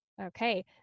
Okay